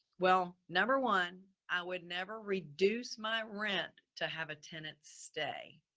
well, number one, i would never reduce my rent to have a tenant stay.